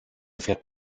fährt